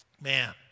man